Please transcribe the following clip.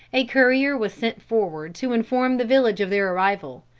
a courier was sent forward, to inform the village of their arrival.